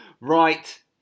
Right